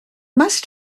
must